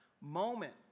moment